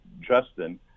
Justin